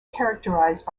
characterized